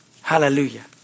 Hallelujah